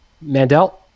mandel